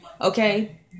okay